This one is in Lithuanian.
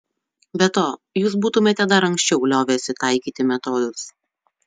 be to jūs būtumėte dar anksčiau liovęsi taikyti metodus